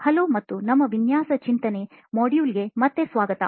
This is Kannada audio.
ಹಲೋ ಮತ್ತು ನಮ್ಮ ವಿನ್ಯಾಸ ಚಿಂತನೆ ಮಾಡ್ಯೂಲ್ಗೆ ಮತ್ತೆ ಸ್ವಾಗತ